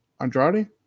Andrade